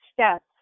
steps